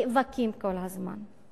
נאבקים כל הזמן.